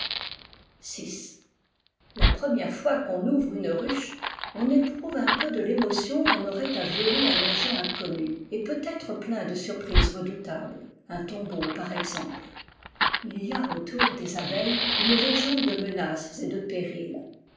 la première fois qu'on ouvre une ruche on éprouvé un peu de l'émotion qu'on aurait à violer un objet inconnu et peut-être plein de surprises redoutables un tombeau par exemple il y a autour des abeilles une légende de menaces et de périls